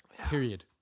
Period